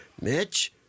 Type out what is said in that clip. Mitch